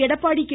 Edappadi K